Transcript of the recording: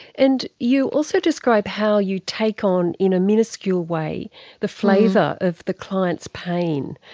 and you also describe how you take on in a miniscule way the flavour of the clients pain,